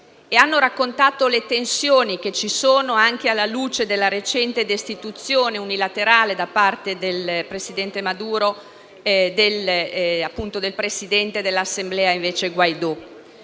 hanno raccontato le tensioni che ci sono, anche alla luce della recente destituzione unilaterale, da parte del presidente Maduro, del presidente dell'Assemblea Guaidó.